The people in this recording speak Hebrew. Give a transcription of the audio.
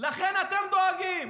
לכן אתם דואגים.